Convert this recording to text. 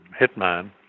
hitman